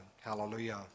Hallelujah